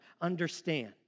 understand